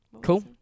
cool